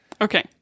Okay